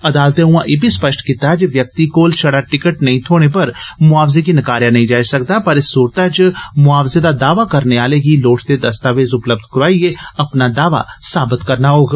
अदालतै उआं इब्बी स्पष्ट कीता ऐ व्यक्ति कोल शडा टिकट नेंई होने पर मुआवजे गी नकारेआ नेई जाई सकदा पर इस सूरतै च मुआवजे दा दावा करने आलें गी लोड़चर्द दस्तावेज उपलब्ध कराए अपना दावा साबत करना होग